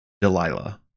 delilah